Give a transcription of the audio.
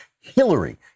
Hillary